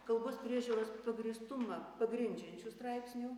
kalbos priežiūros pagrįstumą pagrindžiančių straipsnių